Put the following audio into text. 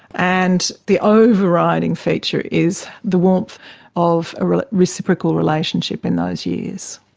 and the overriding feature is the warmth of a reciprocal relationship in those years.